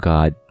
God